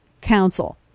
Council